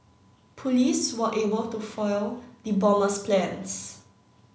police were able to foil the bomber's plans